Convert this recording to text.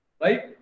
right